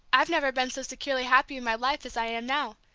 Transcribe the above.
i've never been so securely happy in my life as i am now.